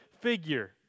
figure